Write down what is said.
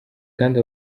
kandi